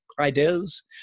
ideas